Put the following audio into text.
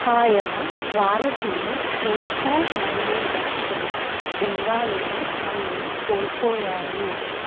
ఆయన వారసులు తూర్పు మరియు దక్షిణ బెంగాలును మళ్ళీ కోల్పోయారు